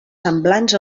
semblants